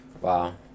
Wow